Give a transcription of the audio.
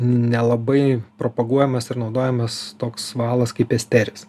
nelabai propaguojamas ir naudojamas toks valas kaip esperis